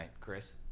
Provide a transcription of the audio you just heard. Chris